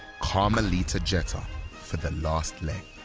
carmelita jeter for the last leg.